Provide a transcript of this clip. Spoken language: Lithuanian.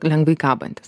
lengvai kabantis